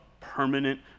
permanent